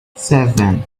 seven